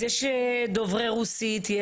אז יש דוברי רוסית,